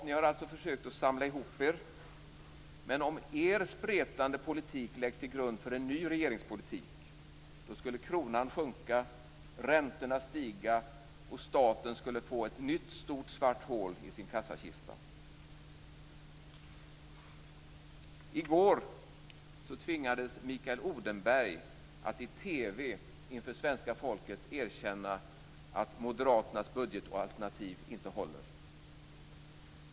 Ni har alltså försökt att samla ihop er, men om er spretande politik läggs till grund för en ny regeringspolitik skulle kronan sjunka, räntorna stiga och staten skulle få ett nytt stort svart hål i sin kassakista. I går tvingades Mikael Odenberg att i TV inför svenska folket erkänna att Moderaternas budgetalternativ inte håller.